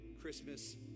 Christmas